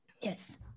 Yes